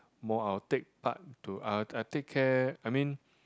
more I'll take part to uh I take care I mean